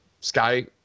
sky